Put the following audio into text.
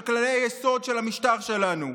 של כללי היסוד של המשטר שלנו.